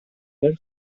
were